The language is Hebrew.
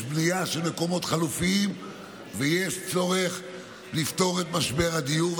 יש בנייה של מקומות חלופיים ויש צורך לפתור את משבר הדיור.